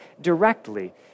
directly